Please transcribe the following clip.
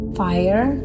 fire